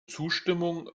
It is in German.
zustimmung